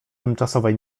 tymczasowej